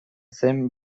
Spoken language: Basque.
zen